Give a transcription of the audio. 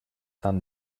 tant